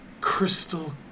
crystal